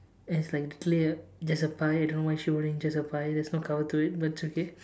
and it's like clear just a pie I don't know why she holding just a pie there's no cover to it but it's okay